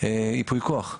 ייפוי כוח.